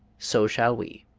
so shall we.